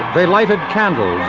they lighted candles